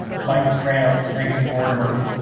mike graham, megan mortimer,